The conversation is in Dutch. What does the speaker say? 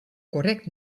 correct